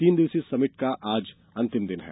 तीन दिवसीय इस समिट का आज अंतिम दिन है